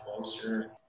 closer